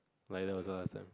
like there was one last time